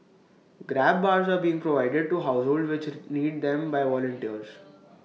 grab bars are being provided to households which need them by volunteers